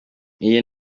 iyi